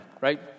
right